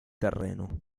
terreno